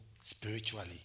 spiritually